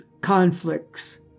conflicts